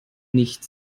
nicht